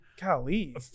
golly